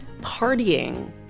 partying